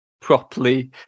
properly